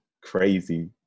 crazy